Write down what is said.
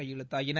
கையெழுத்தாயின